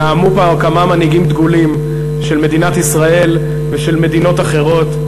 נאמו פה כמה מנהיגים דגולים של מדינת ישראל ושל מדינות אחרות.